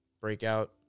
Breakout